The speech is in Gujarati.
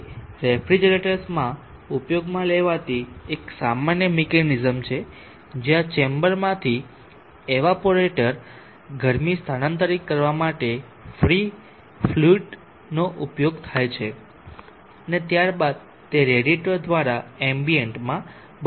તે રેફ્રિજરેટર્સમાં ઉપયોગમાં લેવાતી એક સામાન્ય મિકેનિઝમ છે જ્યાં ચેમ્બરમાંથી એવાપોરેટર ગરમી સ્થાનાંતરિત કરવા માટે ફ્રી ફ્લુઇડનો ઉપયોગ થાય છે અને ત્યારબાદ તે રેડિએટર દ્વારા એમ્બિયન્ટમાં બદલે છે